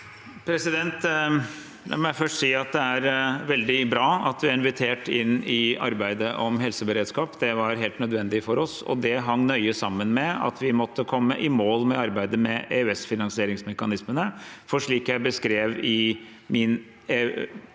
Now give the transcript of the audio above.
si at det er veldig bra at vi er invitert inn i arbeidet om helseberedskap. Det var helt nødvendig for oss, og det hang nøye sammen med at vi måtte komme i mål med arbeidet med EØS-finansieringsmekanismene, for slik jeg beskrev i min